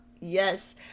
yes